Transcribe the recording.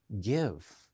give